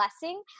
blessing